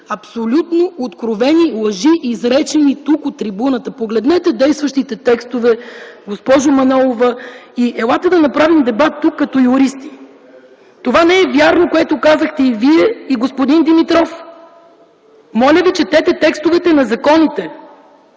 абсолютно откровени лъжи, изречени от трибуната. Погледнете действащите текстове, госпожо Манолова, и елате да направим дебат тук като юристи. Това, което казахте и Вие, и господин Димитров, не е вярно. Моля ви, четете текстовете на законите!